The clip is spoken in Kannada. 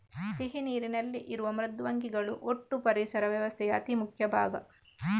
ಸಿಹಿ ನೀರಿನಲ್ಲಿ ಇರುವ ಮೃದ್ವಂಗಿಗಳು ಒಟ್ಟೂ ಪರಿಸರ ವ್ಯವಸ್ಥೆಯ ಅತಿ ಮುಖ್ಯ ಭಾಗ